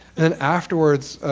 and afterwards,